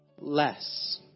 less